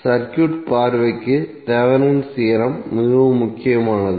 circuit பார்வைக்கு Thevenin's theorem மிகவும் முக்கியமானது